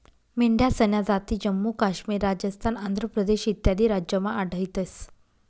मेंढ्यासन्या जाती जम्मू काश्मीर, राजस्थान, आंध्र प्रदेश इत्यादी राज्यमा आढयतंस